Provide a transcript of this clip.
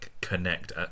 connect